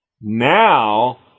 Now